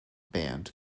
band